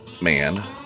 man